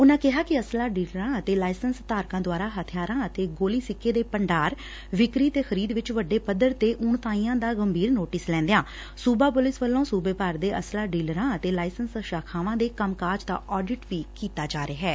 ਉਨੂਾ ਕਿਹਾ ਕਿ ਅਸਲਾ ਡੀਲਰਾਂ ਅਤੇ ਲਾਇਸੈੱਸ ਧਾਰਕਾਂ ਦੁਆਰਾ ਹਬਿਆਰਾਂ ਅਤੇ ਗੋਲੀ ਸਿੱਕੇ ਦੇ ਭੰਡਾਰ ੱਵਿਕਰੀ ਤੇ ਖਰੀਦ ਵਿਚ ਵੱਡੇ ਪੱਧਰ ਤੇ ਉਣਤਾਈਆਂ ਦਾ ਗੰਭੀਰ ਨੋਟਿਸ ਲੈਂਦਿਆਂ ਸੁਬਾ ਪੁਲਿਸ ਵੱਲੋ ਸੁਬੇ ਭਰ ਦੇ ਅਸਲਾ ਡੀਲਰਾਂ ਅਤੇ ਲਾਇਸੈਂਸ ਸ਼ਾਖਾਵਾਂ ਦੇ ਕੰਮਕਾਜ ਦਾ ਆਡਿਟ ਵੀ ਕੀਤਾ ਜਾ ਰਿਹੈ